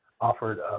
offered